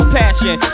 passion